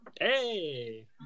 Hey